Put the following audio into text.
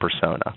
persona